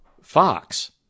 Fox